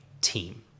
team